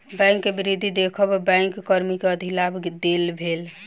bank के वृद्धि देख बैंक कर्मी के अधिलाभ देल गेल